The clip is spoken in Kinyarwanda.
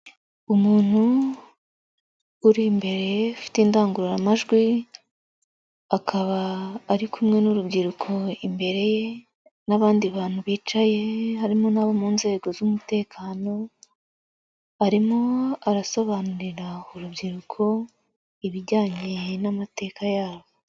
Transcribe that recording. Umuntu uri imbere, ufite indangururamajwi, akaba ari kumwe n'urubyiruko imbere ye n'abandi bantu bicaye, harimo n'abo mu nzego z'umutekano, arimo arasobanurira urubyiruko, ibijyanye n'amateka yabobo.